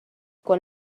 quan